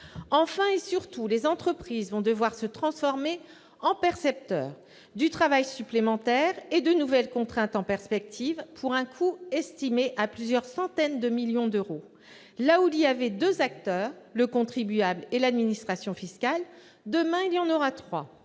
Enfin et surtout, les entreprises vont devoir se transformer en percepteur. Cela représentera du travail supplémentaire et de nouvelles contraintes en perspective, pour un coût estimé à plusieurs centaines de millions d'euros. Là où il y avait deux acteurs- le contribuable et l'administration fiscale -, demain il y en aura trois.